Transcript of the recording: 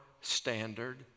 standard